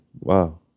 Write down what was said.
wow